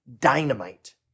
dynamite